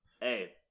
hey